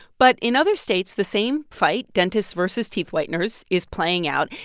but in other states, the same fight dentists versus teeth whiteners is playing out.